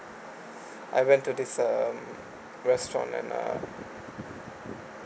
I went to this um restaurant and uh